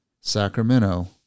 Sacramento